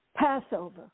Passover